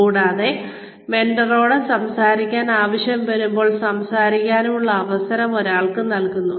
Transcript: കൂടാതെ മെൻറ്റർനോട് സംസാരിക്കാനുള്ള ആവശ്യം വരുമ്പോൾ സംസാരിക്കാനുള്ള അവസരം ഒരാൾക്ക് നൽകുന്നു